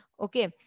Okay